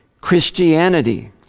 Christianity